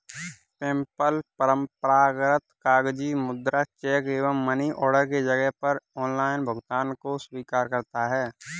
PayPal परंपरागत कागजी मुद्रा, चेक एवं मनी ऑर्डर के जगह पर ऑनलाइन भुगतान को स्वीकार करता है